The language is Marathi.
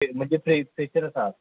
फ्रेस म्हणजे फ्रेस फ्रेशरच आहात